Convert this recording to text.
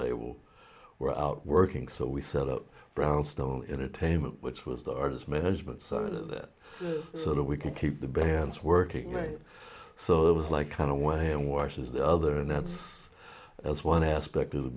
label were out working so we set up brownstone entertainment which was the artist management side of it so that we can keep the band's working right so it was like kind of one hand washes the other and that's one aspect of the